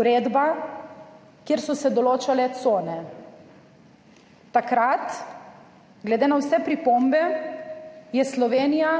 uredba, kjer so se določale cone. Takrat glede na vse pripombe je Slovenija